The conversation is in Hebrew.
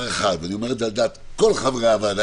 אחד ואני אומר את זה על דעת כל חברי הוועדה,